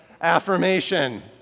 affirmation